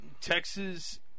Texas